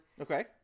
Okay